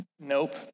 Nope